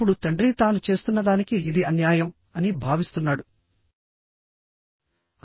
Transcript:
ఇప్పుడు తండ్రి తాను చేస్తున్నదానికి ఇది అన్యాయం అని భావిస్తున్నాడు